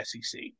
SEC